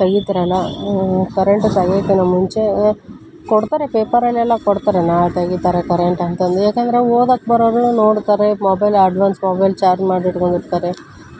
ತೆಗಿತರಲ್ಲಾ current ತೆಗಿಯೋಕ್ಕಿನ್ನ ಮುಂಚೆನೇ ಕೊಡ್ತಾರೆ ಪೇಪರಲ್ಲೆಲ್ಲ ಕೊಡ್ತಾರೆ ನಾಳೆ ತೆಗಿತಾರೆ ಕರೆಂಟ್ ಅಂತಂದರೆ ಯಾಕಂದರೆ ಹೋದಕ್ ಬರೋರೆಲ್ಲ ನೋಡ್ತಾರೆ ಮೊಬೈಲ್ ಅಡ್ವಾನ್ಸ್ ಮೊಬೈಲ್ ಚಾರ್ಜ್ ಮಾಡಿಟ್ಕೊಂಡಿರ್ತಾರೆ